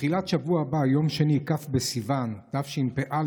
בתחילת שבוע הבא, יום שני, כ' בסיוון תשפ"א,